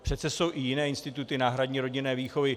Přece jsou i jiné instituty náhradní rodinné výchovy.